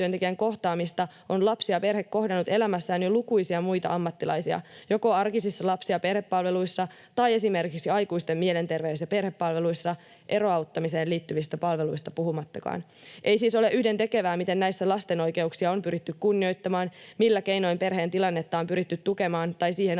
on lapsi ja perhe kohdannut elämässään jo lukuisia muita ammattilaisia, joko arkisissa lapsi- ja perhepalveluissa tai esimerkiksi aikuisten mielenterveys- ja perhepalveluissa, eroauttamiseen liittyvistä palveluista puhumattakaan. Ei siis ole yhdentekevää, miten näissä lasten oikeuksia on pyritty kunnioittamaan ja millä keinoin perheen tilannetta on pyritty tukemaan tai siihen aidosti